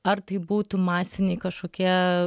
ar tai būtų masiniai kažkokie